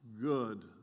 Good